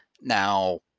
Now